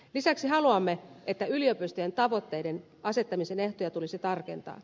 lisäksi haluamme että yliopistojen tavoitteiden asettamisen ehtoja tulisi tarkentaa